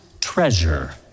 treasure